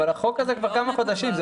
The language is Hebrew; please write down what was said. אבל החוק הזה קיים כבר כמה חודשים.